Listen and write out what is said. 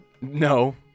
No